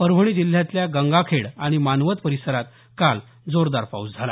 परभणी जिल्ह्यातल्या गंगाखेड आणि मानवत परिसरात काल जोरदार पाऊस झाला